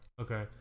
Okay